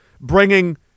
bringing